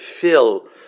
fill